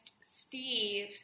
Steve